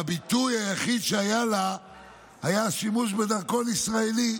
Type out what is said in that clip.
והביטוי היחיד שהיה לה היה השימוש בדרכון ישראלי,